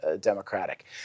Democratic